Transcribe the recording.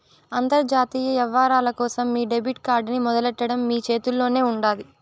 అంతర్జాతీయ యవ్వారాల కోసం మీ డెబిట్ కార్డ్ ని మొదలెట్టడం మీ చేతుల్లోనే ఉండాది